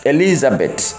Elizabeth